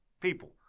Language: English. people